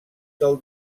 del